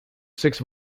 six